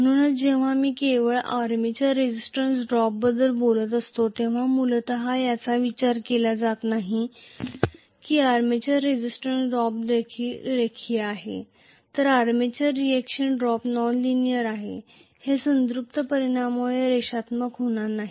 म्हणूनच जेव्हा मी केवळ आर्मेचर रेसिस्टन्स ड्रॉपबद्दल बोलत असतो तेव्हा मूलत याचा विचार केला जात नाही आर्मेचर रेसिस्टन्स ड्रॉप रेखीय आहे तर आर्मेचर रिएक्शन ड्रॉप नॉनलाइनर आहे हे संतृप्ति परिणामामुळे रेषात्मक होणार नाही